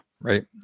right